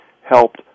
helped